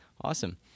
Awesome